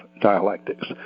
dialectics